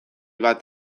bat